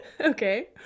Okay